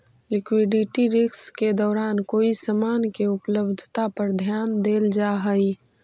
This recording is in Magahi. लिक्विडिटी रिस्क के दौरान कोई समान के उपलब्धता पर ध्यान देल जा हई